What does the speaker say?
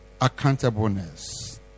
accountableness